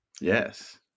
Yes